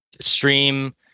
stream